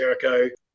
Jericho